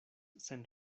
sen